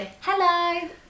Hello